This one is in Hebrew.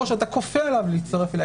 או שאתה כופה עליו להצטרף אליה,